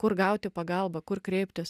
kur gauti pagalbą kur kreiptis